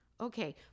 okay